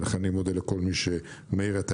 ולכן אני מודה לכל מי שמעיר את ההערה,